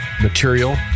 material